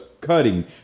cutting